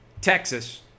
Texas